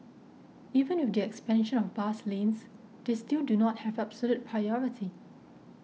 even with the expansion of bus lanes they still do not have absolute priority